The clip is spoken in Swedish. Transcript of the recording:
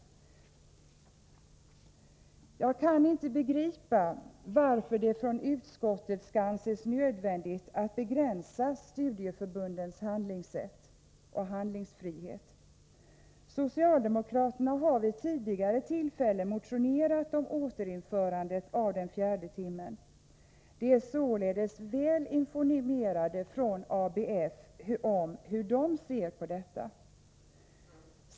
Jag kan inte begripa varför det från utskottet skall anses nödvändigt att begränsa studieförbundens handlingsfrihet. Socialdemokraterna har vid tidigare tillfälle motionerat om återinförandet av den fjärde timmen. De är således väl informerade från ABF om hur man där ser på detta.